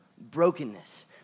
brokenness